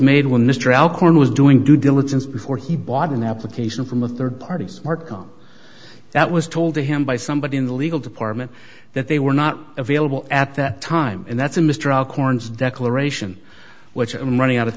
made when mr al corn was doing due diligence before he bought an application from a rd party market that was told to him by somebody in the legal department that they were not available at that time and that's a mistrial corns declaration which i'm running out of